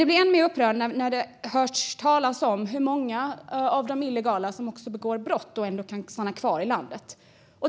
Det blir än mer upprörande när man hör talas om att många av de som vistas här illegalt som också begår brott men ändå kan stanna kvar i landet.